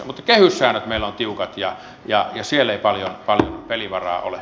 mutta kehyssäännöt meillä ovat tiukat ja siellä ei paljon pelivaraa ole